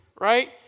Right